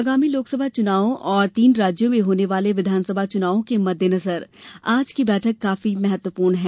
आगामी लोकसभा चुनावों और तीन राज्यों में होने वाले विधानसभा चुनावों के मद्देनज़र आज की बैठक काफी महत्वपूर्ण है